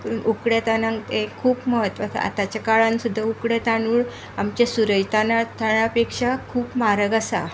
तातून उकडे तादळांक ते खूब म्हत्व आतांच्या काळान सुद्दा उकडें तादुळ आमच्या सुरैय तादंळा पेक्षा खूब म्हारग आसा